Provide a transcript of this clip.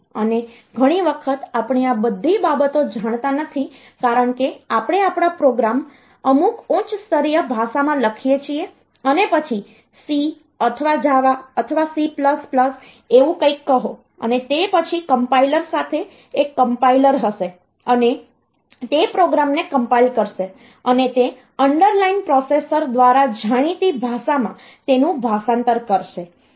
અને ઘણી વખત આપણે આ બધી બાબતો જાણતા નથી કારણ કે આપણે આપણા પ્રોગ્રામ્સ અમુક ઉચ્ચ સ્તરીય ભાષામાં લખીએ છીએ અને પછી C અથવા Java અથવા C એવું કંઈક કહો અને તે પછી કમ્પાઈલર સાથે એક કમ્પાઈલર હશે અને તે પ્રોગ્રામને કમ્પાઈલ કરશે અને તે અંડરલાઇન પ્રોસેસર દ્વારા જાણીતી ભાષામાં તેનું ભાષાંતર કરશે